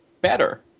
better